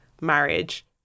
marriage